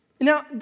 Now